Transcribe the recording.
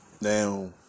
Now